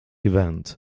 event